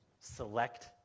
select